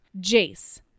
Jace